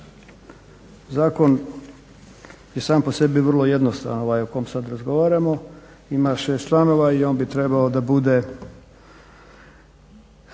Zakon je sam po sebi vrlo jednostavan o kom sad razgovaramo, ima šest članova i on bi trebao da bude